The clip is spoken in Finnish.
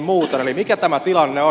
eli mikä tämä tilanne on